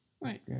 Right